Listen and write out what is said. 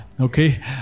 Okay